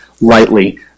lightly